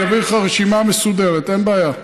אני אעביר לך רשימה מסודרת, אין בעיה.